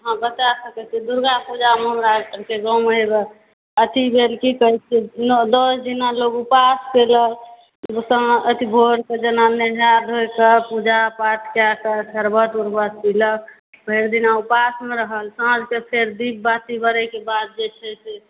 हँ बच्चा सबकेँ होइ छै दुर्गा पूजामे हमरा सभकेँ गाँव आरमे अथी भेल नओ दश दिना लोक उपास केलक भोर कऽ जेना नहाए धोकऽ जेना पूजा पाठ कएकऽ सर्बत ऊर्बत पीलक भरि दिना उपासमे रहल साँझ कऽ फेर दीप बाती बारैके बाद जे छै से